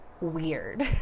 weird